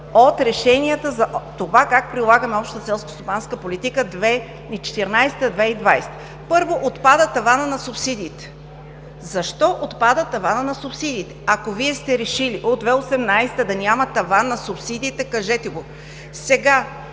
от решенията за това как прилагаме Общата селскостопанска политика 2014 – 2020? Първо, отпада таванът на субсидиите. Защо отпада таванът на субсидиите? Ако Вие сте решили от 2018 г. да няма таван на субсидиите – кажете го.